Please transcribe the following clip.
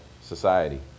society